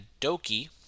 Doki